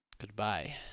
Goodbye